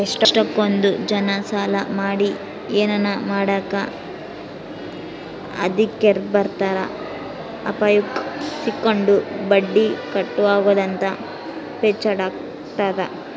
ಎಷ್ಟಕೊಂದ್ ಜನ ಸಾಲ ಮಾಡಿ ಏನನ ಮಾಡಾಕ ಹದಿರ್ಕೆಂಬ್ತಾರ ಎಲ್ಲಿ ಅಪಾಯುಕ್ ಸಿಕ್ಕಂಡು ಬಟ್ಟಿ ಕಟ್ಟಕಾಗುದಂಗ ಪೇಚಾಡ್ಬೇಕಾತ್ತಂತ